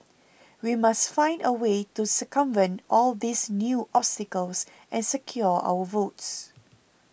we must find a way to circumvent all these new obstacles and secure our votes